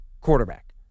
quarterback